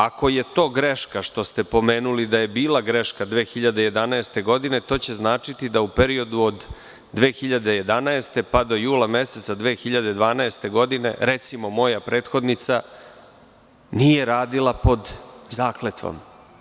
Ako je to greška što ste pomenuli da je bila greška 2011. godine, to će značiti da u periodu od 2011. pa do jula meseca 2012. godine, recimo, moja prethodnica nije radila pod zakletvom.